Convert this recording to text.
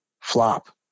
flop